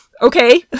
Okay